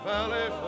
Valley